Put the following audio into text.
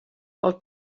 pel